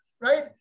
right